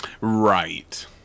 right